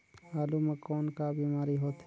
आलू म कौन का बीमारी होथे?